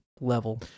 level